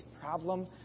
problem